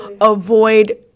avoid